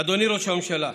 אדוני ראש הממשלה,